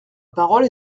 parole